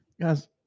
Guys